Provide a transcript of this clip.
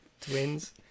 twins